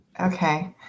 Okay